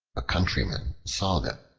a countryman saw them,